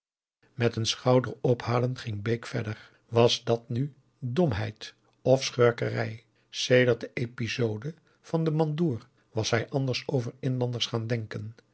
met een schouderophalen ging bake verder was dat nu domheid of schurkerij sedert de episode van den mandoer was hij anders over inlanders gaan denken